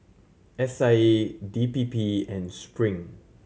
S I A D P P and Spring